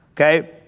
Okay